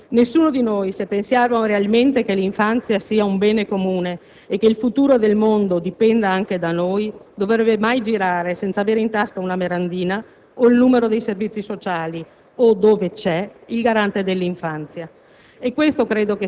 Insomma, nessuno di noi, se pensiamo realmente che l'infanzia sia un bene comune e che il futuro del mondo dipenda anche da noi, dovrebbe mai girare senza avere in tasca una merendina o il numero dei servizi sociali, o, dove c'è, del garante dell'infanzia.